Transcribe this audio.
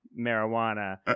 marijuana